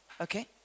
Okay